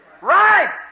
Right